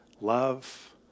love